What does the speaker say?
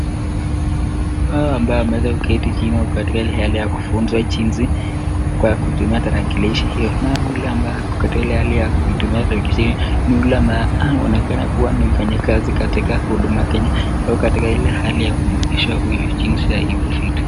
Hawa ambao wameweza kuketi chini wako katika ile hali ya kufunzwa jinsi ya kutumia tarakilishi ile naye yule ambaye ako katika hali ya kuitumia tarakilishi ni yule ambaye anaonekana ni mfanyakazi katika huduma Kenya. Ako katika ile hali ya kumwonyesha huyu jinsi ya hivyo vitu.